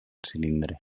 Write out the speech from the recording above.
cilindre